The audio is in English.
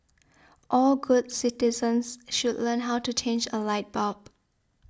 all good citizens should learn how to change a light bulb